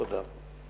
תודה.